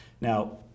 Now